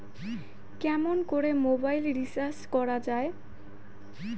কেমন করে mobile recharge করা য়ায়?